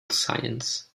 science